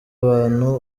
abantu